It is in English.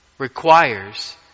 requires